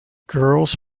girls